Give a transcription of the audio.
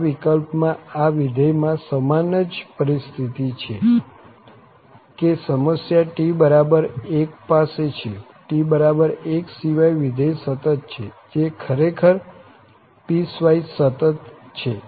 આ વિકલ્પમાં આ વિધેયમાં સમાન જ પરિસ્થિતિ છે કે સમસ્યા t1 પાસે છે t1 સિવાય વિધેય સતત છે જે ખરેખર પીસવાઈસ સતત છે